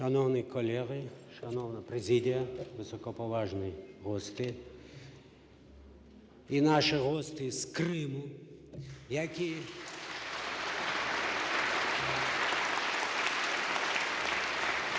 Шановні колеги, шановна президія! Високоповажні гості і наші гості з Криму!